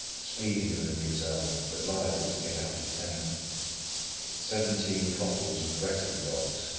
speedier than gazelles, but liable to get out of temper seventeen couples of breton dogs,